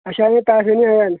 अच्छा जेह्का अस इ'यां